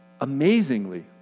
amazingly